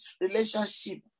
relationship